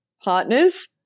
partners